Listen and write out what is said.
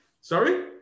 sorry